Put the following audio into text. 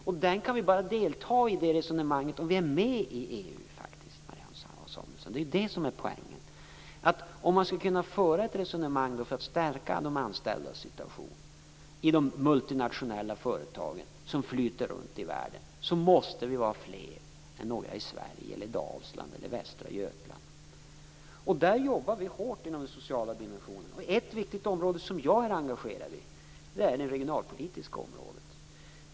Vi kan bara delta i det resonemanget om vi är med i EU, Marianne Samuelsson. Det är det som är poängen. Om vi skall kunna föra ett resonemang för att stärka de anställdas situation i de multinationella företag som flyter runt i världen måste vi vara fler. Det kan inte bara var några personer i Sverige, Dalsland eller Västra Götaland. Vi jobbar hårt inom den sociala dimensionen. Ett viktigt område som jag är engagerad i är det regionalpolitiska området.